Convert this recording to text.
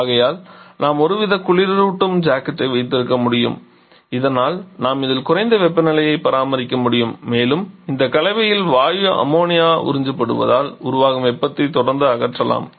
ஆகையால் நாம் ஒருவித குளிரூட்டும் ஜாக்கெட்டை வைத்திருக்க வேண்டும் இதனால் நாம் இதில் குறைந்த வெப்பநிலையை பராமரிக்க முடியும் மேலும் இந்த கலவையில் வாயு அம்மோனியா உறிஞ்சப்படுவதால் உருவாகும் வெப்பத்தை தொடர்ந்து அகற்றலாம்